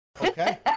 okay